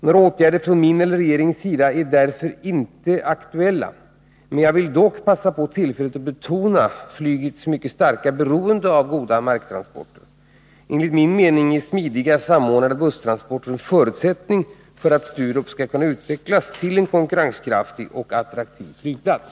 Några åtgärder från min eller regeringens sida är därför inte aktuella. Jag vill dock här passa på tillfället att betona flygets mycket starka beroende av goda marktransporter. Enligt min mening är smidiga samordnade busstransporter en förutsättning för att Sturup skall kunna utvecklas till en konkurrenskraftig och attraktiv flygplats.